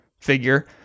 figure